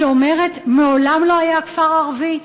שאומרת: מעולם לא היה כפר ערבי,